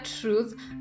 truth